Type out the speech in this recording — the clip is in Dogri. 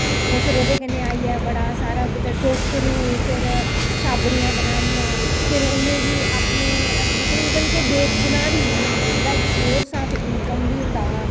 ओह् फिर ओह्दे कन्नै आइयै बड़ा सारा कुतै टोकरू फिर छाबड़िया बनानियां फिर उ'नें अपने मतलब इवन कि बेचना बी उ'नें गी उं'दा इक सोर्स ऑफ इनकम बी होंदा हा